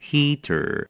Heater